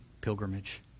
pilgrimage